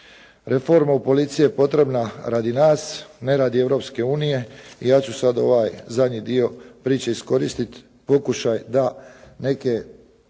Reforma u policiji je potrebna radi nas, ne radi Europske unije i ja ću sad ovaj zadnji dio priče iskoristiti pokušaj da neke